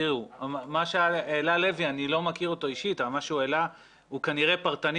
מה שהעלה לוי אני לא מכיר אותו אישית כנראה הוא פרטני